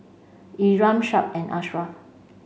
Iman Shuib and Ashraff